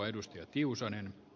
arvoisa puhemies